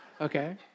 Okay